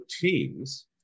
teams